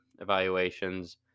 evaluations